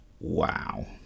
wow